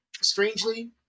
strangely